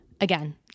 again